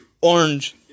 Orange